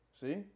see